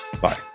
Bye